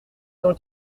cent